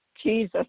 Jesus